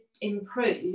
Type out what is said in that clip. improve